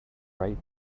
right